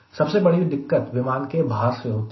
सबसे बड़ी दिक्कत विमान के भार से होती है